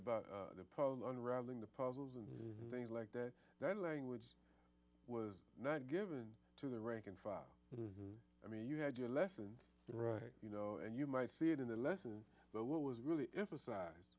paul unraveling the puzzles and things like that that language was not given to the rank and file i mean you had your lessons right you know and you might see it in the lesson but what was really emphasize